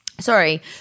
Sorry